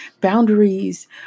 Boundaries